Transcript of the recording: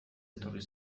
etorri